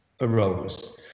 arose